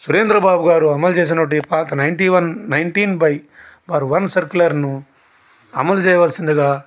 సురేంద్ర బాబు గారు అమలు చేసినటువంటి ఈ పాత ninety one nineteen by bar one సర్క్యులర్ను అమలు చేయవలసిందిగా